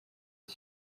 iyi